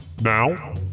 Now